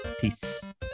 Peace